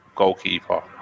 goalkeeper